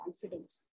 confidence